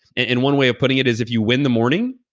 and and one way of putting it is if you win the morning,